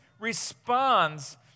responds